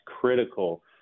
critical